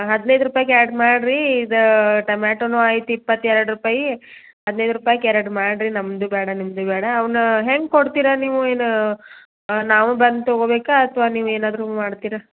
ಹದಿನೈದು ರೂಪಾಯ್ಗೆ ಎರಡು ಮಾಡಿರಿ ಇದು ಟಮ್ಯಾಟೋನೂ ಆಯ್ತು ಇಪ್ಪತ್ತೆರಡು ರೂಪಾಯಿ ಹದಿನೈದು ರೂಪಾಯ್ಗೆ ಎರಡು ಮಾಡಿರಿ ನಮ್ಮದೂ ಬೇಡ ನಿಮ್ಮದೂ ಬೇಡ ಅವನ್ನ ಹೆಂಗೆ ಕೊಡ್ತೀರಾ ನೀವು ಏನು ನಾವೇ ಬಂದು ತೊಗೊಬೇಕಾ ಅಥವಾ ನೀವು ಏನಾದರೂ ಮಾಡ್ತೀರಾ